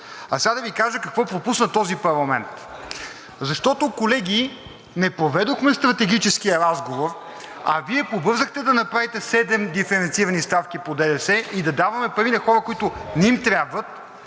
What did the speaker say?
А сега да Ви кажа какво пропусна този парламент. Защото, колеги, не проведохме стратегическия разговор, а Вие побързахте да направите седем диференцирани ставки по ДДС и да даваме пари на хора, на които не им трябват.